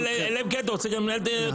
אלא אם כן אתה רוצה גם לנהל אותם.